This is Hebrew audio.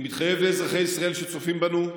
אני מתחייב לאזרחי ישראל שצופים בנו: